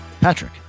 Patrick